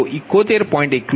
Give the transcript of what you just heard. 3637 4120